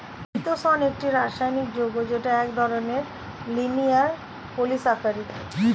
চিতোষণ একটি রাসায়নিক যৌগ যেটা এক ধরনের লিনিয়ার পলিসাকারীদ